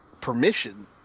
permission